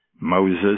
Moses